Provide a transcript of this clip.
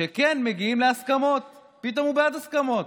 שכן מגיעים להסכמות, " פתאום הוא בעד הסכמות.